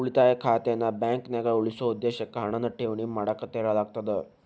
ಉಳಿತಾಯ ಖಾತೆನ ಬಾಂಕ್ನ್ಯಾಗ ಉಳಿಸೊ ಉದ್ದೇಶಕ್ಕ ಹಣನ ಠೇವಣಿ ಮಾಡಕ ತೆರೆಯಲಾಗ್ತದ